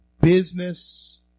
Business